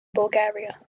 bulgaria